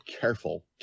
careful